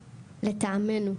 לטעמנו,